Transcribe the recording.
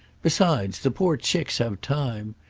besides the poor chicks have time!